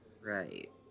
Right